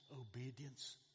obedience